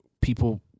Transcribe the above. people